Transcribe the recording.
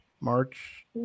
March